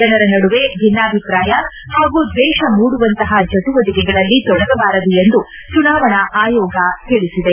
ಜನರ ನಡುವೆ ಭಿನ್ನಾಭಿಪ್ರಾಯ ಹಾಗೂ ದ್ವೇಷ ಮೂಡುವಂತಹ ಚಟುವಟಕೆಗಳಲ್ಲಿ ತೊಡಗಬಾರದು ಎಂದು ಚುನಾವಣಾ ಆಯೋಗ ತಿಳಿಸಿದೆ